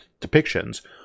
depictions